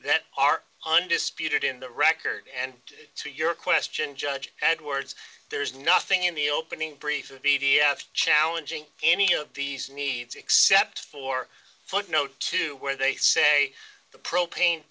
that are undisputed in the record and to your question judge had words there's nothing in the opening brief or p d f challenging any of these needs except for footnote to where they say the propane